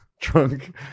Drunk